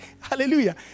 Hallelujah